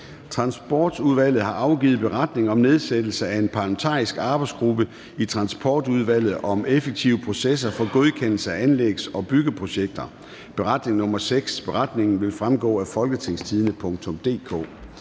Transportudvalget har afgivet beretning om nedsættelse af en parlamentarisk arbejdsgruppe i Transportudvalget om effektive processer for godkendelse af anlægs- og byggeprojekter. (Beretning nr. 6). Beretningen vil fremgå af www.folketingstidende.dk